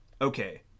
Okay